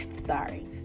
sorry